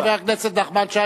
חבר הכנסת נחמן שי.